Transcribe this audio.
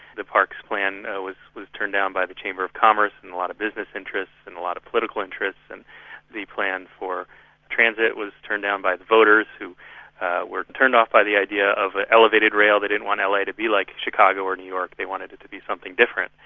the parks plan was was turned down by the chamber of commerce and a lot of business interests and a lot of political interests. and the plan for transit was turned down by the voters, who were turned off by the idea of elevated rail. they didn't want la to be like chicago or new york, they wanted it to be something different,